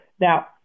Now